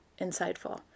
insightful